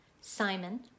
Simon